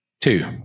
two